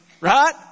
right